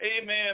amen